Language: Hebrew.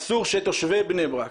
אסור שתושבי בני ברק,